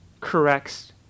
corrects